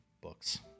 books